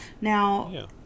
Now